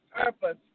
purpose